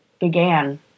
began